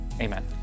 Amen